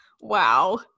wow